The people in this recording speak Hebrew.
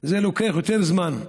זה לוקח יותר זמן,